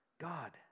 God